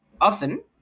often